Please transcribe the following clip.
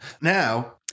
Now